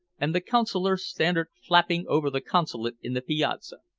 and the consular standard flapping over the consulate in the piazza.